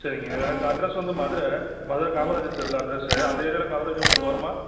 சரிங்க எனக்கு அட்ரஸ் வந்து மதுரை மதுரை காமராஜர் தெருவில் அட்ரஸ்ஸு அந்த ஏரியாவில் கவரேஜு உங்களுக்கு வருமா